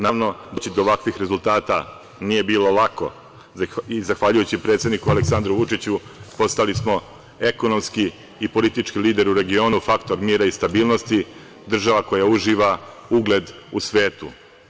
Naravno, doći do ovakvih rezultata nije bilo lako i zahvaljujući predsedniku Aleksandru Vučiću, postali smo ekonomski i politički lider u regionu, faktor mira i stabilnosti, država koja uživa ugled u svetu.